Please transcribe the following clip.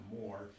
more